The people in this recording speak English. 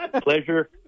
pleasure